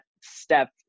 step